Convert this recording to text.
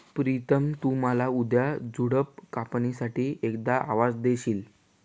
प्रितम तु मला उद्या झुडप कापणी साठी एखाद अवजार देशील?